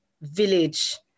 village